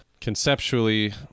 conceptually